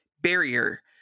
barrier